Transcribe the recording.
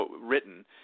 written